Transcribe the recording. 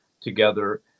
together